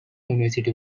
university